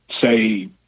say